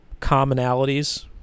commonalities